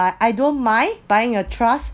I I don't mind buying a trust